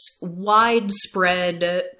widespread